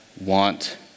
want